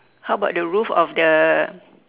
how about the roof of the